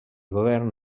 govern